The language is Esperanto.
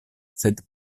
sed